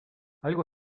algo